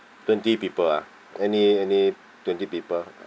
twenty people ah any any twenty people